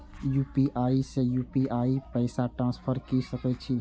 UPI से UPI पैसा transfer की सके छी?